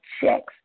checks